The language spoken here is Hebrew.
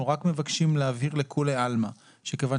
אנחנו רק מבקשים להבהיר לכולי עלמא שכיוון